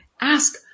Ask